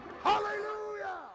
Hallelujah